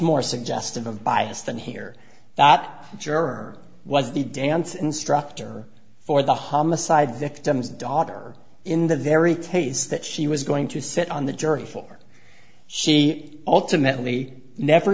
more suggestive of bias than here that germany was the dance instructor for the homicide victims daughter in the very taste that she was going to sit on the jury for she ultimately never